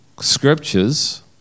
scriptures